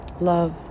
love